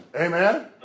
Amen